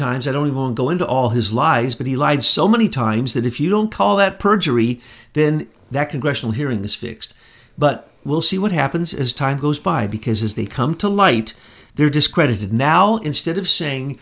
times i don't even go into all his lies but he lied so many times that if you don't call that perjury then that congressional hearing this fixed but we'll see what happens as time goes by because as they come to light they're discredited now instead of saying